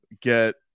get